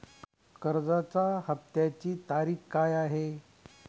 कर्जाचा हफ्त्याची तारीख काय आहे?